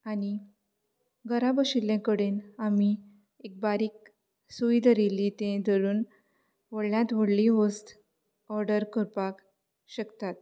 आनी घरा बशिल्ले कडेन आमी एक बारीक सूय धरिल्ली तें धरून व्हडल्यांत व्होडली वोस्त ऑर्डर करपाक शकतात